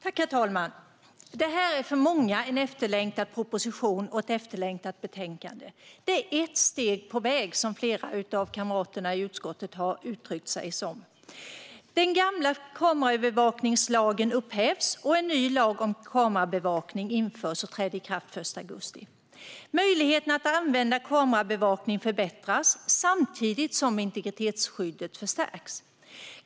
Herr talman! Det här är för många en efterlängtad proposition och ett efterlängtat betänkande. Det är ett steg på vägen, som flera av kamraterna i utskottet har uttryckt. Den gamla kameraövervakningslagen upphävs, och en ny lag om kamerabevakning införs och träder i kraft den 1 augusti. Möjligheten att använda kamerabevakning förbättras samtidigt som integritetsskyddet förstärks.